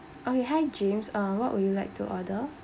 okay hi james uh what would you like to order